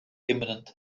imminent